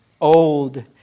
old